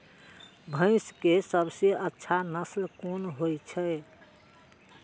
भैंस के सबसे अच्छा नस्ल कोन होय छे?